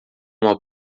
uma